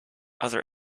other